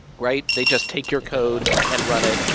right? they just take your code and run it.